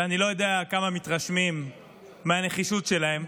ואני לא יודע עד כמה מתרשמים מהנחישות שלהם.